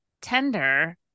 tender